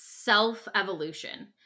self-evolution